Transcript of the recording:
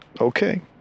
Okay